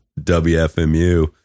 WFMU